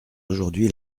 aujourd’hui